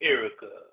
Erica